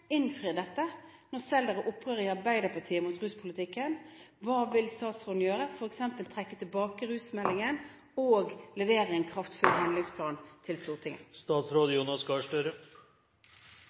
dette – når det selv i Arbeiderpartiet er opprør mot rusproblematikken? Hva vil statsråden gjøre? Vil han f.eks. trekke tilbake rusmeldingen og levere en kraftfull handlingsplan til Stortinget?